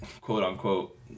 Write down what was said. quote-unquote